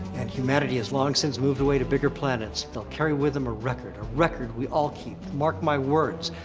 and humanity has long since moved away to bigger planets, they'll carry with them ah record, a record we all keep. mark my words.